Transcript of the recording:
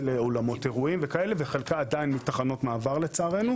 אולמות אירועים וכאלה וחלקה עדיין מתחנות מעבר לצערנו.